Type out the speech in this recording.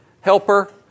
helper